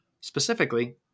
specifically